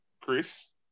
Chris